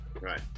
Right